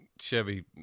Chevy